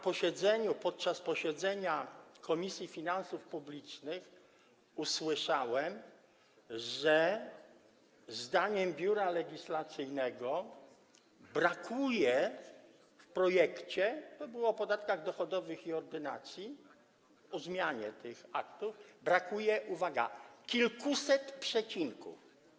Podczas posiedzenia Komisji Finansów Publicznych usłyszałem, że zdaniem Biura Legislacyjnego brakuje w projekcie - to było o podatkach dochodowych i ordynacji, o zmianie tych aktów - uwaga: kilkuset przecinków.